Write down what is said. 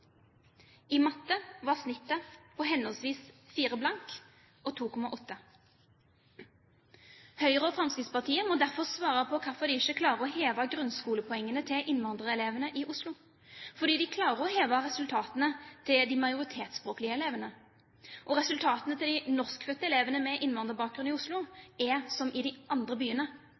I matte var snittet på henholdsvis 4,0 og 2,8. Høyre og Fremskrittspartiet må derfor svare på hvorfor de ikke klarer å heve grunnskolepoengene til innvandrerelevene i Oslo, for de klarer å heve resultatene til de majoritetsspråklige elevene. Resultatene til de norskfødte elevene med innvandrerbakgrunn i Oslo er som i andre